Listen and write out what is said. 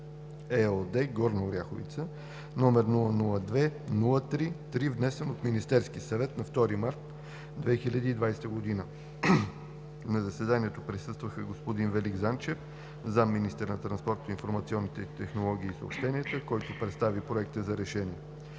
– Горна Оряховица, № 002-03-3, внесен от Министерския съвет на 2 март 2020 г. На заседанието присъства господин Велик Занчев – заместник-министър на транспорта, информационните технологии и съобщенията, който представи Проекта на решение.